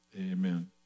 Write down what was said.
amen